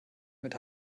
mit